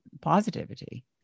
positivity